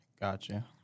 Gotcha